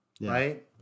Right